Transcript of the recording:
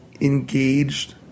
engaged